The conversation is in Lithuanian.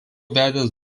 vedęs